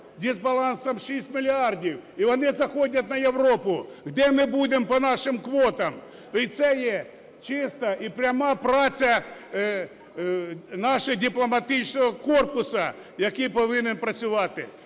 дисбалансом 6 мільярдів, і вони заходять на Європу, де ми будемо по нашим квотам. І це є чиста і пряма праця нашого дипломатичного корпусу, який повинен працювати.